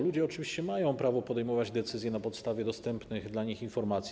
Ludzie oczywiście mają prawo podejmować decyzje na podstawie dostępnych dla nich informacji.